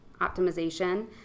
optimization